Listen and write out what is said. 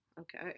Okay